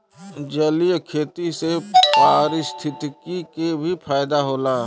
जलीय खेती से पारिस्थितिकी के भी फायदा होला